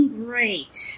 great